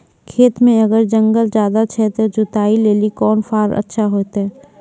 खेत मे अगर जंगल ज्यादा छै ते जुताई लेली कोंन फार अच्छा होइतै?